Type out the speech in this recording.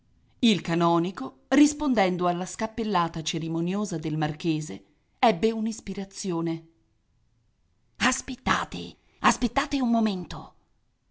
il canonico rispondendo alla scappellata cerimoniosa del marchese ebbe un'ispirazione aspettate aspettate un momento